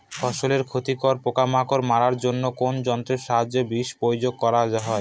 ফসলের ক্ষতিকর পোকামাকড় মারার জন্য কোন যন্ত্রের সাহায্যে বিষ প্রয়োগ করা হয়?